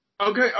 okay